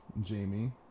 Jamie